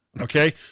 Okay